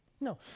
No